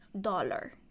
dollar